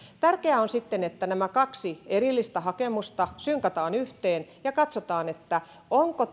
tärkeää on sitten että nämä kaksi erillistä hakemusta synkataan yhteen ja katsotaan onko